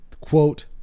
quote